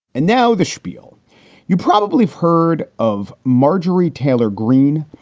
and now the spiel you probably have heard of, marjorie taylor green,